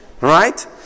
right